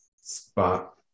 spot